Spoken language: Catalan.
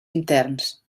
interns